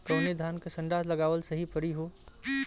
कवने धान क संन्डा लगावल सही परी हो?